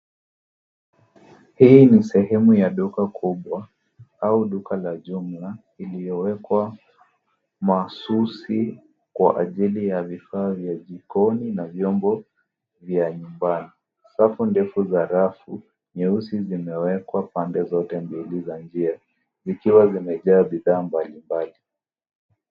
Hii ni sehemu ya duka kubwa au duka la jumla iliyowekwa maasusi kwa ajili ya vifaa vya jikoni na vyombo vya nyumbani. Safu ndefu za rafu nyeusi zimewekwa kwa pande zote mbili za njia zikiwa zimejaa bidhaa mbalimbali.